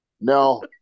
No